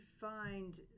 find